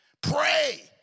Pray